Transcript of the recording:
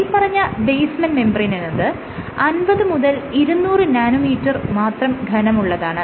മേല്പറഞ്ഞ basement membrane എന്നത് 50 മുതൽ 200 നാനോമീറ്റർ മാത്രം ഘനമുള്ളതാണ്